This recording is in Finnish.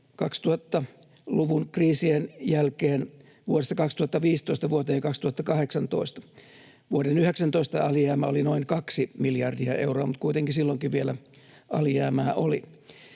2000-luvun kriisien jälkeen vuodesta 2015 vuoteen 2018. Vuoden 19 alijäämä oli noin kaksi miljardia euroa, mutta kuitenkin silloinkin vielä alijäämää oli.